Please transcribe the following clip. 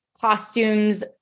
costumes